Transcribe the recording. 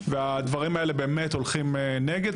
והדברים האלה באמת הולכים נגד,